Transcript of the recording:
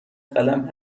قلم